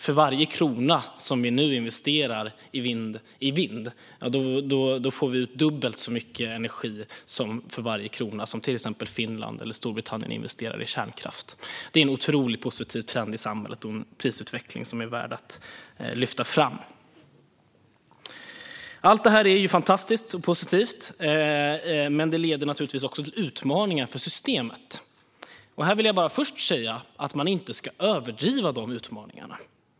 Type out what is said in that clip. För varje krona som vi nu investerar i vind får vi ut dubbelt så mycket energi som vad som motsvarar varje krona som till exempel Finland eller Storbritannien investerar i kärnkraft. Det är en otroligt positiv trend i samhället och en prisutveckling som är värd att lyfta fram. Allt detta är fantastiskt och positivt. Men det leder naturligtvis också till utmaningar för systemet. Här vill jag först säga att man inte ska överdriva de utmaningarna.